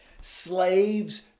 slaves